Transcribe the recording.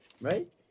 Right